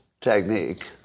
technique